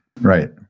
right